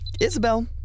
Isabel